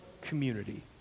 community